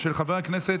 של חבר הכנסת